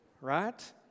Right